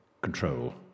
control